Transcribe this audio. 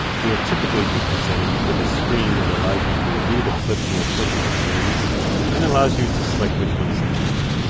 you will typically be presented with a screen that allows you to review the flips molprobity recommends and allows you to select which ones to keep.